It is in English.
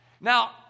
Now